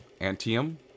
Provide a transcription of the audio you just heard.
Antium